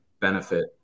benefit